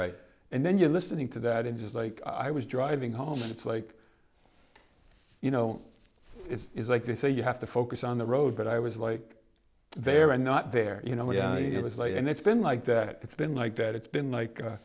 and then you're listening to that and just like i was driving home it's like you know it's like they say you have to focus on the road but i was like they are not there you know what it was like and it's been like that it's been like that it's been like